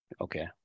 Okay